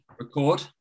record